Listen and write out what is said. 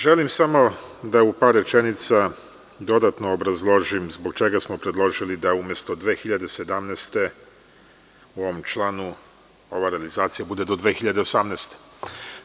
Želim samo da u par rečenica dodatno obrazložim zbog čega smo predložili da umesto 2017. godine u ovom članu ova realizacija bude do 2018. godine.